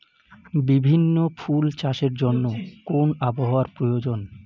বিভিন্ন ফুল চাষের জন্য কোন আবহাওয়ার প্রয়োজন?